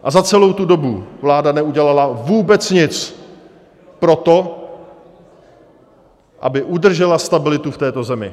A za celou tu dobu vláda neudělala vůbec nic pro to, aby udržela stabilitu v této zemi.